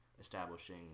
establishing